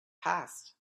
passed